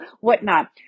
whatnot